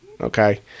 okay